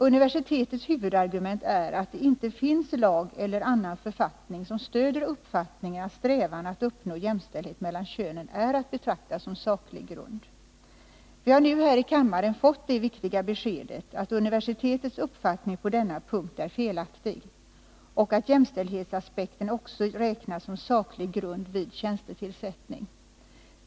Universitetets huvudargument är att det inte finns lag eller annan författning som stöder uppfattningen att strävan att uppnå jämställdhet mellan könen är att betrakta som saklig grund. Vi har nu här i kammaren fått det viktiga beskedet att universitetets uppfattning på denna punkt är felaktig och att jämställdhetsaspekten också räknas som saklig grund vid tjänstetillsättning.